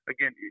Again